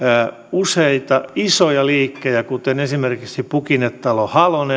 useita isoja liikkeitä kuten esimerkiksi pukinetalo halonen